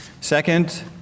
Second